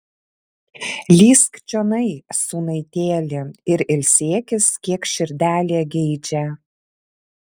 lįsk čionai sūnaitėli ir ilsėkis kiek širdelė geidžia